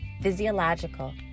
physiological